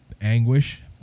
anguish